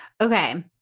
Okay